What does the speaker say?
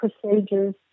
procedures